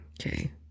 Okay